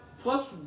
plus